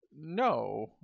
no